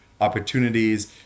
opportunities